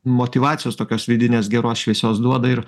motyvacijos tokios vidinės geros šviesios duoda ir